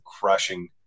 crushing